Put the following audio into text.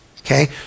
Okay